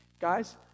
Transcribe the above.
Guys